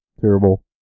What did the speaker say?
terrible